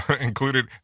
included